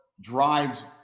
drives